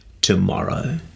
tomorrow